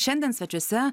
šiandien svečiuose